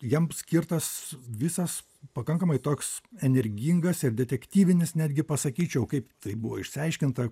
jam skirtas visas pakankamai toks energingas ir detektyvinis netgi pasakyčiau kaip tai buvo išsiaiškinta